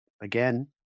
again